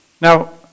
Now